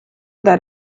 that